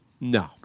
No